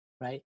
right